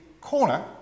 corner